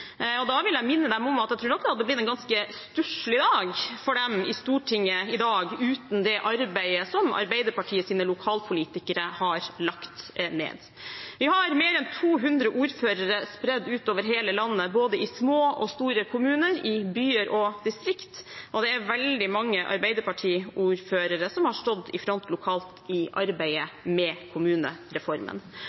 innlegg. Da vil jeg minne dem om at jeg tror nok det hadde blitt en ganske stusslig dag for dem i Stortinget i dag uten det arbeidet som Arbeiderpartiets lokalpolitikere har lagt ned. Vi har mer enn 200 ordførere spredd utover hele landet, både i små og i store kommuner, i byer og i distrikt, og det er veldig mange Arbeiderparti-ordførere som har stått i front lokalt i arbeidet med kommunereformen.